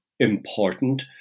important